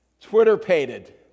Twitter-pated